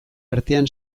artean